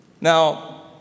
Now